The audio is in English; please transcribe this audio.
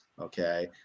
okay